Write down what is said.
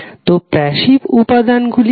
তো সেই প্যাসিভ উপাদান গুলি কি